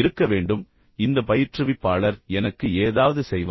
இருக்க வேண்டும் இந்த பயிற்றுவிப்பாளர் எனக்கு ஏதாவது செய்வார்